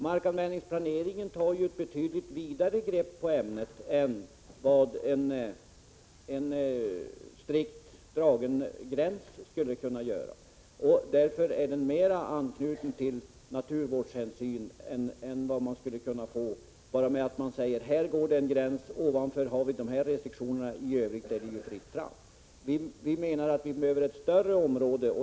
Markanvändningsplaneringen tar ett betydligt vidare grepp över ämnet än vad en strikt dragen gräns skulle göra. Därför har markanvändningsplaneringen mera anknytning till naturvårdshänsynen än man skulle kunna åstadkomma genom att dra en gräns och ovanför den gränsen tillämpa vissa restriktioner, medan man i övrigt lämnade området fritt. Enligt vår mening bör naturvårdshänsyn tas över ett större område.